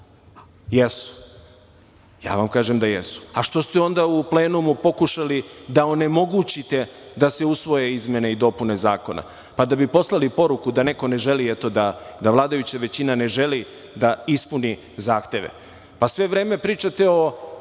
Jesu. Ja vam kažem da jesu. A zašto ste onda u plenumu pokušali da onemogućite da se usvoje izmene i dopune Zakona? Pa, da bi poslali poruku da neko ne želi, da vladajuća većina ne želi da ispuni zahteve. Sve vreme pričate o